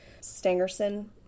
Stangerson